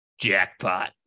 jackpot